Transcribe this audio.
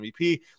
MVP